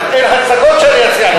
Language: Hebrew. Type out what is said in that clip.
ורק אין הצגות שאני אציע לך.